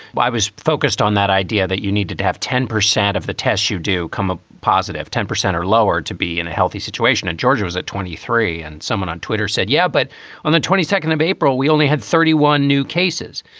i was focused on that idea that you need to to have ten percent of the tests. you do come a positive ten percent or lower to be in a healthy situation. and georgia was at twenty three and someone on twitter said, yeah, but on the twenty second of april, we only had thirty one new cases